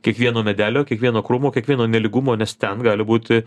kiekvieno medelio kiekvieno krūmo kiekvieno nelygumo nes ten gali būti